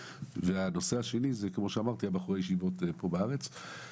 והנושא השני הוא בחורי הישיבות פה בארץ.